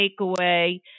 takeaway